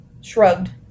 shrugged